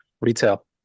retail